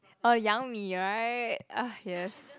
orh Yang Mi right ah yes